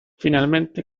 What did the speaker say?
finalmente